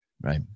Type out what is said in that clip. Right